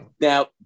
Now